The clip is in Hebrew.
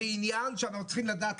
זה עניין שאנחנו צריכים לדעת,